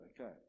Okay